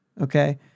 okay